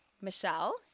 michelle